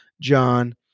John